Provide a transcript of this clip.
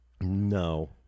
No